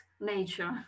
Nature